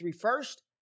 first